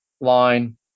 line